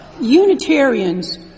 Unitarians